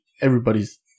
everybody's